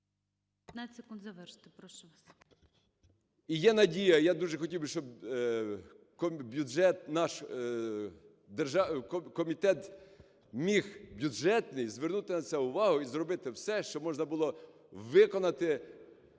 І є надія. Я дуже хотів би, щоб бюджет наш… комітет бюджетний міг звернути на це увагу і зробити все, щоб можна було виконати